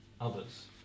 others